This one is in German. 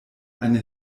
eine